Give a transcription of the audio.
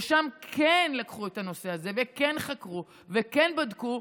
ושם כן לקחו את הנושא הזה וכן חקרו וכן בדקו,